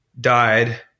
died